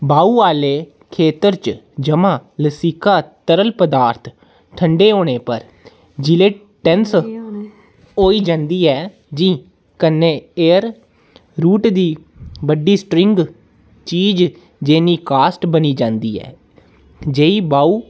बाहु आह्ले खेतर च जमा लसीका तरल पदार्थ ठंड़े होने पर जिनेटिनस होइ जंदी ऐ जे कन्नै एय़र रूट दी बड्डी स्ट्रिंग चीज जनेही कास्ट बनी जंदी ऐ जेह्ड़ी ब्हाऊ